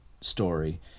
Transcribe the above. story